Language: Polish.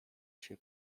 się